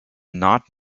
not